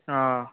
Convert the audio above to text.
অঁ